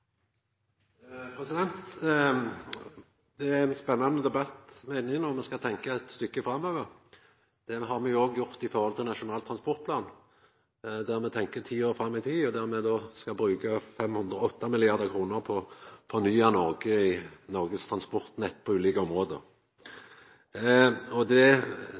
vil. Det er ein spennande debatt me er inne i no – me skal tenkja eit stykke framover. Det har me òg gjort med Nasjonal transportplan, der me tenkjer ti år fram i tid, og der me skal bruka 508 mrd. kr på å fornya Noreg sitt transportnett på ulike område.